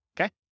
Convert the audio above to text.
okay